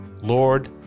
Lord